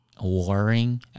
warring